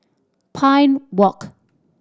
Pine Walk